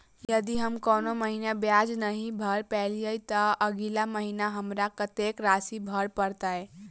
यदि हम कोनो महीना ब्याज नहि भर पेलीअइ, तऽ अगिला महीना हमरा कत्तेक राशि भर पड़तय?